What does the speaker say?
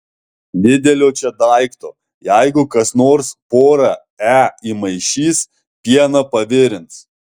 didelio čia daikto jeigu kas nors porą e įmaišys pieną pavirins